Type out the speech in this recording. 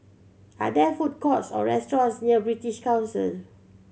are there food courts or restaurants near British Council